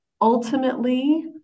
Ultimately